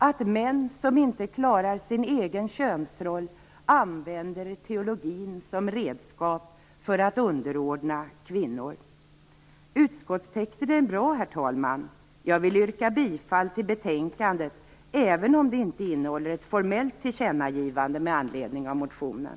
Att män som inte klarar sin egen könsroll använder teologin som redskap för att underordna kvinnor. Herr talman! Utskottstexten är bra. Jag vill yrka bifall till hemställan i betänkandet, även om betänkandet inte innehåller ett formellt tillkännagivande med anledning av motionen.